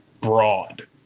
broad